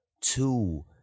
Two